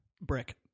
Brick